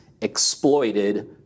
exploited